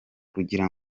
kugira